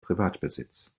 privatbesitz